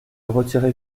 retirez